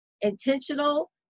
intentional